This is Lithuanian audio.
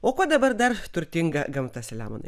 o ko dabar dar turtinga gamta selemonai